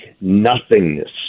nothingness